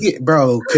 Bro